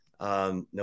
No